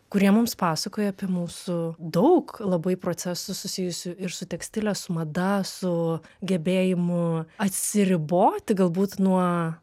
kurie mums pasakoja apie mūsų daug labai procesų susijusių ir su tekstilės mada su gebėjimu atsiriboti galbūt nuo